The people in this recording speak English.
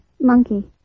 monkey